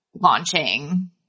launching